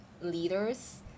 leaders